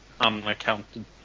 unaccounted